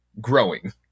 growing